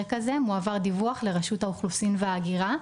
כזה מועבר דיווח לרשות האוכלוסין וההגירה,